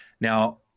Now